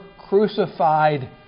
crucified